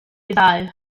ddau